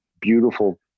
beautiful